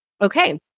okay